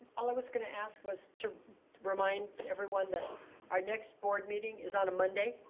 all i was gonna ask was to remind everyone that our next board meeting is on a monday,